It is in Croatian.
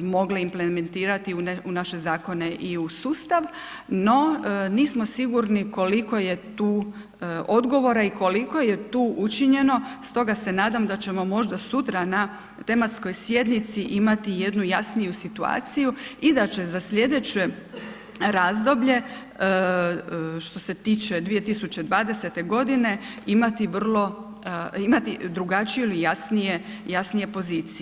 mogle implementirati u naše zakone i u sustav, no nismo sigurni koliko je tu odgovora i koliko je tu učinjeno, stoga se nadam da ćemo možda sutra na tematskoj sjednici imati jednu jasniju situaciju i da će za slijedeće razdoblje, što se tiče 2020.g. imati drugačiju ili jasnije, jasnije pozicije.